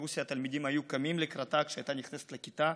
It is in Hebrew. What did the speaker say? ברוסיה התלמידים היו קמים לקראתה כשהייתה נכנסת לכיתה.